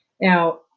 Now